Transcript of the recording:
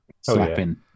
Slapping